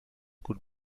could